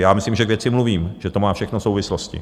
Já myslím, že k věci mluvím, že to má všechno souvislosti.